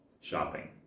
shopping